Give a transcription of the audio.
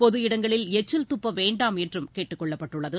பொது இடங்களில் எச்சில் துப்ப வேண்டாம் என்றும் கேட்டுக்கொள்ளப்பட்டுள்ளது